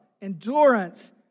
endurance